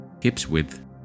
hips-width